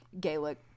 Gaelic